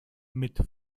mit